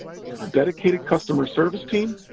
we have a dedicated customer service team,